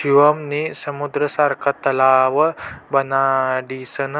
शिवम नी समुद्र सारखा तलाव बनाडीसन